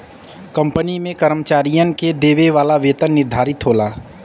company में कर्मचारियन के देवे वाला वेतन निर्धारित होला